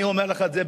אני אומר לך את זה,